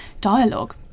dialogue